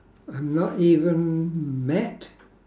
I'm not even met